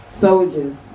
Soldiers